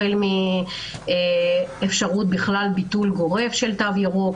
החל מאפשרות של ביטול גורף של תו ירוק,